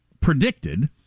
predicted